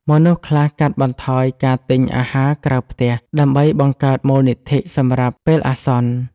មនុស្សខ្លះកាត់បន្ថយការទិញអាហារក្រៅផ្ទះដើម្បីបង្កើតមូលនិធិសម្រាប់ពេលអាសន្ន។